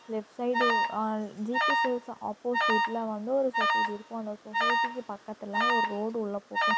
left side O GB silks ஆப்போசிட்டில் வந்து ஒரு சொசைட்டி இருக்கும் அந்த சொசைட்டிக்கு பக்கத்தில் ஒரு ரோடு உள்ளே போகும்